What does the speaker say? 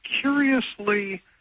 curiously